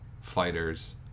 fighters